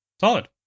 solid